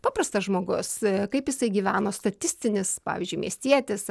paprastas žmogus kaip jisai gyveno statistinis pavyzdžiui miestietis